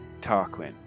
Tarquin